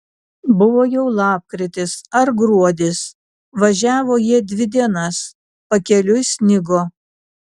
buvo jau lapkritis ar gruodis važiavo jie dvi dienas pakeliui snigo